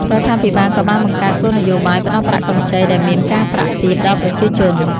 រដ្ឋាភិបាលក៏បានបង្កើតគោលនយោបាយផ្តល់ប្រាក់កម្ចីដែលមានការប្រាក់ទាបដល់ប្រជាជន។